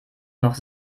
noch